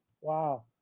wow